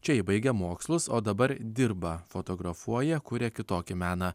čia ji baigia mokslus o dabar dirba fotografuoja kuria kitokį meną